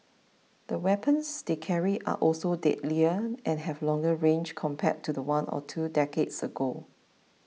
the weapons they carry are also deadlier and have longer range compared to one or two decades ago